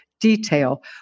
detail